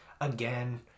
again